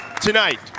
tonight